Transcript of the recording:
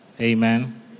Amen